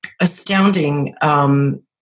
astounding